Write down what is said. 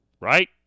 right